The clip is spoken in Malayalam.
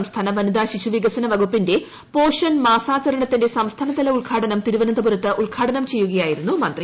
സംസ്ഥാന വനിത ശിശുവികസന വകുപ്പിന്റെ പോഷൻ മാസാചരണത്തിന്റെ സംസ്ഥാനതല ഉദ്ഘാടനം തിരുവനന്തപുരത്ത് നിർവ്വഹിക്കുകയായിരുന്നു മന്ത്രി